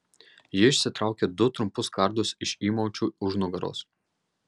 ji išsitraukė du trumpus kardus iš įmaučių už nugaros